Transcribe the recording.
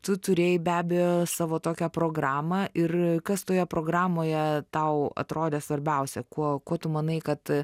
tu turėjai be abejo savo tokią programą ir kas toje programoje tau atrodė svarbiausia kuo kuo tu manai kad